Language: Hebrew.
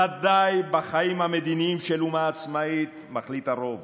וודאי בחיים המדיניים של אומה עצמאית מחליט הרוב",